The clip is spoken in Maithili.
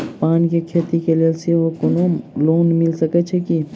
पान केँ खेती केँ लेल सेहो कोनो लोन मिल सकै छी की?